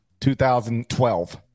2012